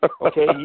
Okay